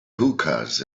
hookahs